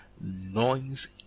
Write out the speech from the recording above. noise